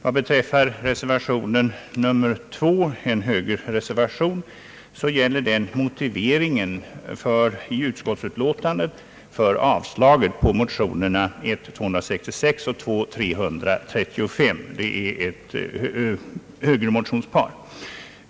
Vad beträffar reservation 2, en högerreservation, så gäller denna motiveringen i utskottsutlåtandet för avslag på motionerna I: 266 och II:335, ett högermotionspar.